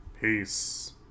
Peace